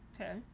Okay